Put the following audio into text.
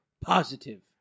Positive